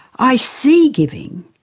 i see giving,